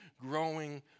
growing